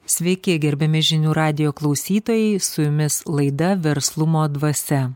sveiki gerbiami žinių radijo klausytojai su jumis laida verslumo dvasia